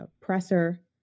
presser